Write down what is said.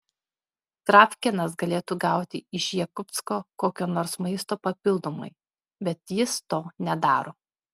travkinas galėtų gauti iš jakutsko kokio nors maisto papildomai bet jis to nedaro